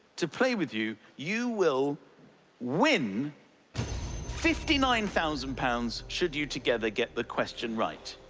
to play with you, you will win fifty nine thousand pounds should you together get the question right.